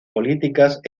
políticas